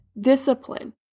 discipline